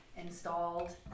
installed